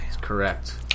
Correct